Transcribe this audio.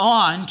on